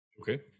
Okay